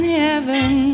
heaven